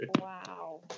Wow